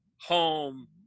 home